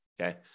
okay